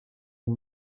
ont